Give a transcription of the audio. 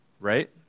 Right